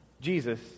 Jesus